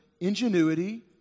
ingenuity